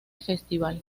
festival